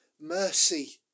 mercy